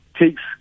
takes